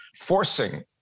forcing